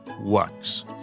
works